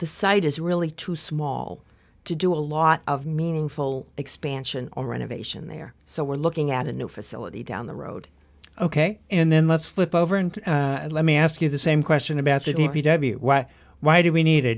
the site is really too small to do a lot of meaningful expansion or renovation there so we're looking at a new facility down the road ok and then let's flip over and let me ask you the same question imagine if you w what why do we need